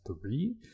three